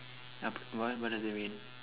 uh what what does it mean